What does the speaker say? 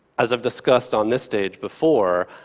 as i've discussed on this stage before,